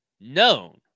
known